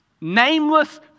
Nameless